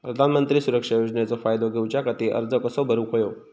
प्रधानमंत्री सुरक्षा योजनेचो फायदो घेऊच्या खाती अर्ज कसो भरुक होयो?